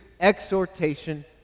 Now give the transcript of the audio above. exhortation